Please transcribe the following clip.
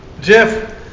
Jeff